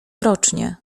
rocznie